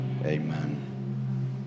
amen